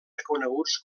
reconeguts